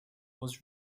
was